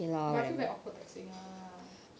but I feel very awkward texting ah